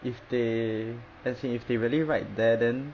if they as in if they really write there then